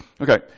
okay